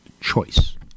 Choice